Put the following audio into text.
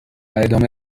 ادامه